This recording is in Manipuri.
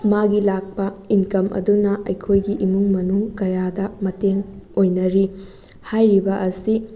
ꯃꯥꯒꯤ ꯂꯥꯛꯄ ꯏꯟꯀꯝ ꯑꯗꯨꯅ ꯑꯩꯈꯣꯏꯒꯤ ꯏꯃꯨꯡ ꯃꯅꯨꯡ ꯀꯌꯥꯗ ꯃꯇꯦꯡ ꯑꯣꯏꯅꯔꯤ ꯍꯥꯏꯔꯤꯕ ꯑꯁꯤ